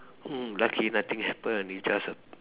mm lucky nothing happen it's just a